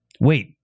wait